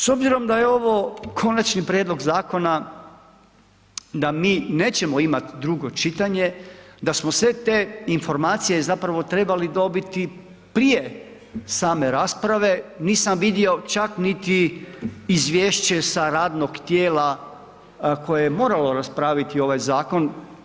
S obzirom da je ovo konačni prijedlog zakona da mi nećemo imati drugo čitanje da smo sve te informacije zapravo trebali dobiti prije same rasprave nisam vidio čak niti izvješće sa radnog tijela koje je moralo raspraviti ovaj zakon.